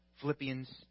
Philippians